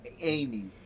Amy